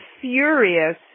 furious